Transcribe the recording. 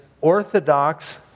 orthodox